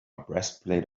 breastplate